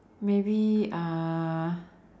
maybe uh